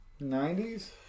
90s